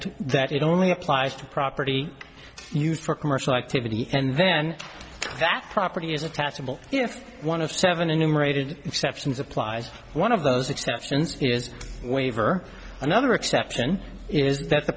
to that it only applies to property used for commercial activity and then that property is a taxable if one of seven a numerated exceptions applies one of those exceptions is waiver another exception is that the